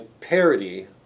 parody